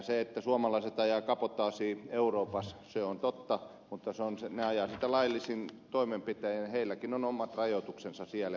se että suomalaiset ajavat kabotaasia euroopassa on totta mutta he ajavat sitä laillisin toimenpitein ja heilläkin on omat rajoituksensa siellä